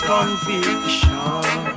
Conviction